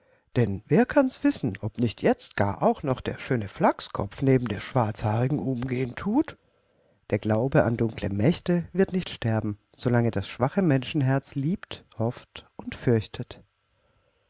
denn wer kann's wissen ob nicht jetzt gar auch noch der schöne flachskopf neben der schwarzhaarigen umgehen thut der glaube an dunkle mächte wird nicht sterben solange das schwache menschenherz liebt hofft und fürchtet